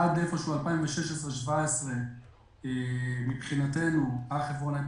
עד 2016 או 2017 מבחינתנו הר חברון היה